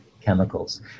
chemicals